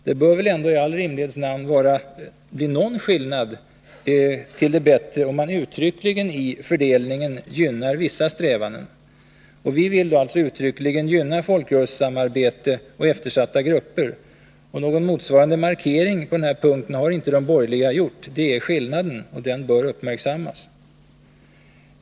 Det bör väl ändå i rimlighetens namn bli någon skillnad till det bättre, om man uttryckligen i fördelningen gynnar vissa strävanden. Vi vill uttryckligen gynna folkrörelsesamarbete och eftersatta grupper. Någon motsvarande markering har inte de borgerliga gjort. Det är skillnaden och den bör uppmärksammas.